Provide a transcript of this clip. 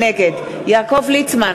נגד יעקב ליצמן,